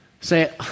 Say